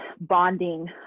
bonding